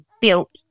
built